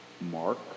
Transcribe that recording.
Mark